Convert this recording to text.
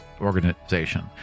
organization